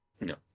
No